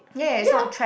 ya